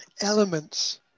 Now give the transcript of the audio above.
elements